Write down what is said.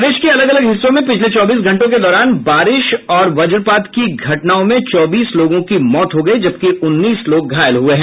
प्रदेश के अलग अलग हिस्सों में पिछले चौबीस घंटों के दौरान बारिश और वज्रपात की घटनाओं में चौबीस लोगों की मौत हो गयी जबकि उन्नीस लोग घालय हुये हैं